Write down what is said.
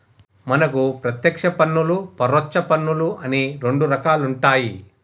మనకు పత్యేక్ష పన్నులు పరొచ్చ పన్నులు అని రెండు రకాలుంటాయి